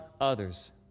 others